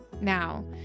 Now